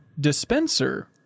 dispenser